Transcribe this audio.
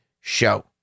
show